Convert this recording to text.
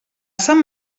sant